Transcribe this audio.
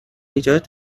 ایجاد